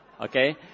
Okay